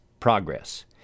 progress